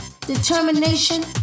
determination